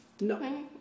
No